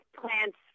plants